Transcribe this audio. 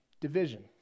division